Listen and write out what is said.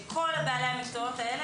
כל בעלי המקצועות הללו